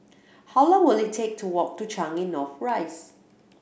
how long will it take to walk to Changi North Rise